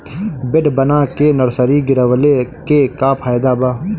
Bed बना के nursery गिरवले के का फायदा बा?